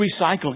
recycling